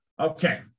Okay